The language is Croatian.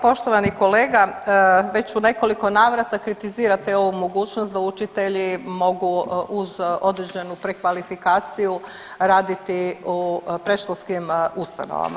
Poštovani kolega već u nekoliko navrata kritizirate i ovu mogućnost da učitelji mogu uz određenu prekvalifikaciju raditi u predškolskim ustanovama.